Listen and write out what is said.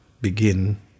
begin